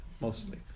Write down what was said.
mostly